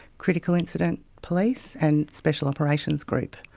critical incident police, and special operations group.